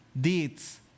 deeds